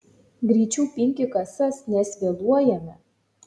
greičiau pinki kasas nes vėluojame